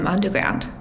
Underground